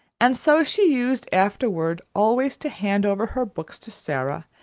and so she used afterward always to hand over her books to sara,